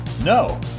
no